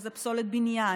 שזה פסולת בניין,